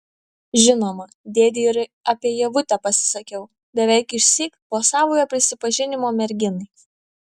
žinoma dėdei ir apie ievutę pasisakiau beveik išsyk po savojo prisipažinimo merginai